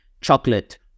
chocolate